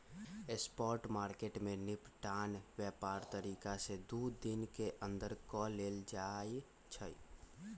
spot market में निपटान व्यापार तारीख से दू दिन के अंदर कऽ लेल जाइ छइ